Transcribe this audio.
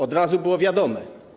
Od razu było wiadomo.